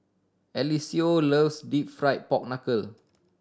Eliseo loves Deep Fried Pork Knuckle